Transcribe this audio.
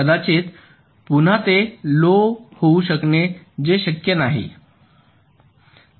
कदाचित पुन्हा ते लो होऊ शकणे जे शक्य नाही